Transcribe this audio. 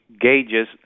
gauges